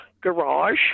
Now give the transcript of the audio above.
garage